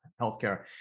Healthcare